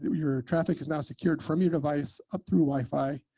your traffic is now secured from your device up through wi-fi.